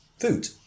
food